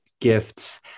gifts